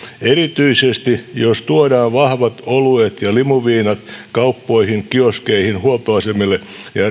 erityisesti jos tuodaan vahvat oluet ja limuviinat kauppoihin kioskeihin huoltoasemille